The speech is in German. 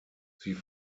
sie